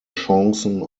chancen